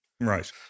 Right